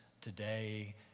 today